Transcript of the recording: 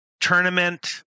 tournament